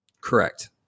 Correct